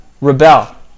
rebel